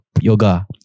yoga